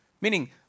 Meaning